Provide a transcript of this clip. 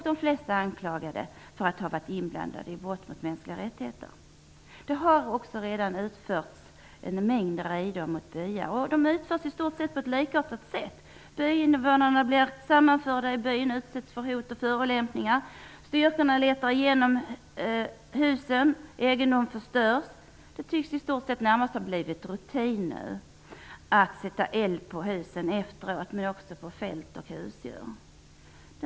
De flesta är anklagade för att ha varit inblandade i brott mot mänskliga rättigheter. Det har redan utförts en mängd räder mot byar. De utförs i stort sett på samma sätt. Byinvånarna blir sammanförda i byn och utsätts för hot och förolämpningar. Styrkorna letar igenom husen. Egendom förstörs. Det tycks nu närmast har blivit rutin att man efteråt sätter eld på husen och också på fälten och husdjuren.